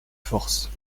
force